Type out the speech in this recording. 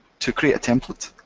to create a template,